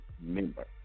member